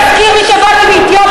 כל הזמן אתה מזכיר לי שבאתי מאתיופיה.